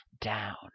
down